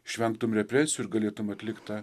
išvengtum represijų ir galėtum atlikt tą